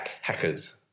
Hackers